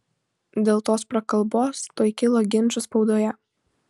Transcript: dėl tos prakalbos tuoj kilo ginčų spaudoje